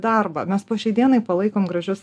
darbą mes po šiai dienai palaikom gražius